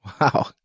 Wow